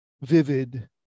vivid